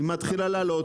היא מתחילה לעלות,